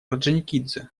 орджоникидзе